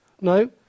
No